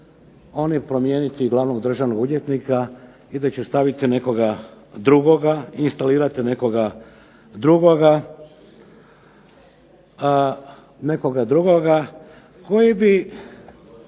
oni promijeniti Glavnog državnog odvjetnika i da će staviti nekoga drugoga, instalirati nekoga drugoga koji bi